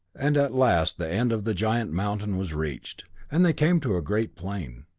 and at last the end of the giant mountain was reached, and they came to a great plain.